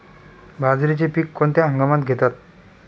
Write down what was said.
बाजरीचे पीक कोणत्या हंगामात घेतात?